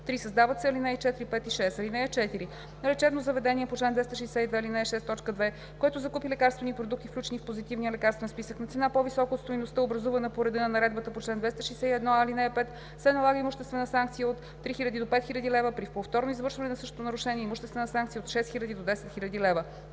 3. Създават се ал. 4, 5 и 6: „(4) На лечебно заведение по чл. 262, ал. 6, т. 2, което закупи лекарствени продукти, включени в Позитивния лекарствен списък, на цена, по-висока от стойността, образувана по реда на наредбата по чл. 261а, ал. 5, се налага имуществена санкция от 3000 до 5000 лв., а при повторно извършване на същото нарушение – имуществена санкция от 6000 до 10 000 лв.